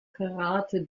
karate